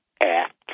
Act